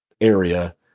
area